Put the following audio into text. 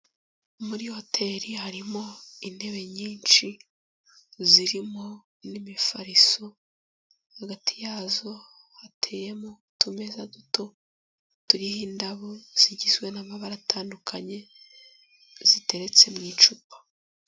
Muri hoteri harimo intebe nyinshi zirimo n'imifariso, hagati yazo hateyemo utumeza duto turiho indabo zigizwe n'amabara atandukanye ziteretse mu icupa.